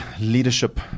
Leadership